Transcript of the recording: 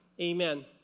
Amen